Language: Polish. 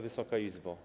Wysoka Izbo!